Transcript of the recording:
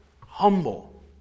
humble